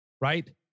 right